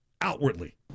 outwardly